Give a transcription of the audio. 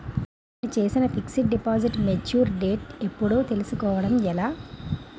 నేను చేసిన fixed deposit mature date ఎప్పుడో తెల్సుకోవడం ఎలా?